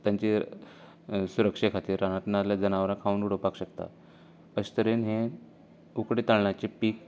तांचे सुरक्षे खातीर रानांतली नाजाल्यार जनावरां खावन उडोवपाक शकता अशें तरेन हे उकडे तांदळाचे पीक